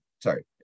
sorry